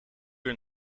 uur